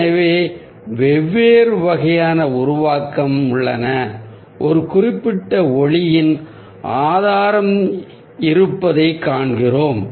எனவே வெவ்வேறு வகையான உருவாக்கம் உள்ளன ஒரு குறிப்பிட்ட ஒளியின் ஆதாரம் இருப்பதைக் காண்கிறோம்